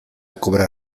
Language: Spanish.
cobra